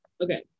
Okay